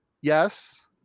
Yes